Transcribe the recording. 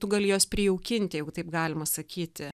tu gali juos prijaukinti jeigu taip galima sakyti